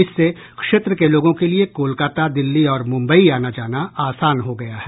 इससे क्षेत्र के लोगों के लिए कोलकाता दिल्ली और मुंबई आना जाना आसान हो गया है